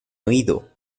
oído